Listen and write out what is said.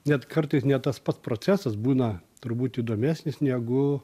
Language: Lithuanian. net kartais net tas pats procesas būna turbūt įdomesnis negu